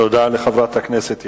תודה לחברת הכנסת יחימוביץ.